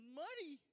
muddy